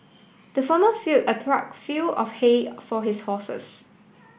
the farmer filled a trough fill of hay for his horses